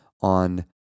on